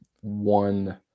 one